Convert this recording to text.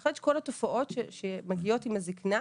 בהחלט שכל התופעות שמגיעות עם הזקנה,